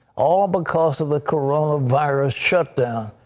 all because of the coronavirus shutdown.